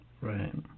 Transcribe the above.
Right